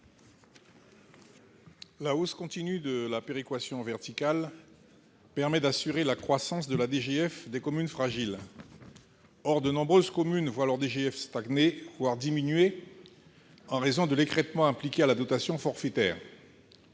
La hausse continue de la péréquation verticale permet d'assurer la croissance de la DGF des communes fragiles. Or de nombreuses communes voient leur DGF stagner, voire diminuer, en raison de l'écrêtement appliqué à la dotation forfaitaire.